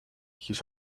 his